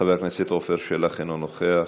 חבר הכנסת עפר שלח, אינו נוכח,